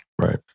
Right